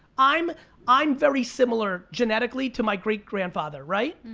i'm i'm very similar, genetically to my great-grandfather, right?